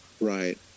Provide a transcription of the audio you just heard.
right